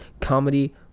comedy